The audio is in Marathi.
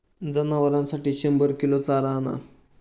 जनावरांसाठी शंभर किलो चारा आणा